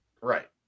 Right